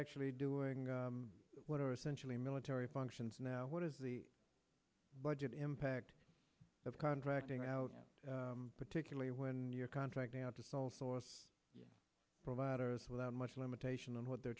actually doing what are essentially military functions now what is the budget impact of contracting out particularly when you're contracting out to small source providers without much limitation on what they're